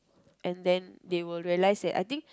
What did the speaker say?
and then they will realise that I think